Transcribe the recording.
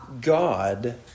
God